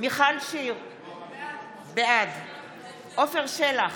מיכל שיר סגמן, בעד עפר שלח,